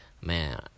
Man